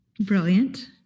Brilliant